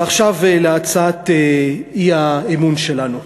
ועכשיו להצעת האי-אמון שלנו.